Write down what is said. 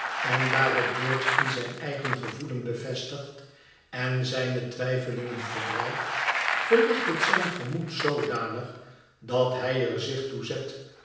en daar het george in zijn eigen gevoelen bevestigt en zijne twijfelingen verdrijft verlicht het zijn gemoed zoodanig dat hij er zich toe zet